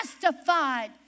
justified